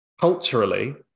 culturally